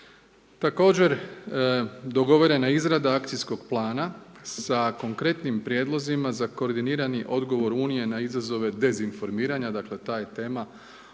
Također, dogovorena je izrada akcijskog plana sa konkretnim prijedlozima za koordinirani odgovor unije na izazove dezinformiranja, dakle, ta je tema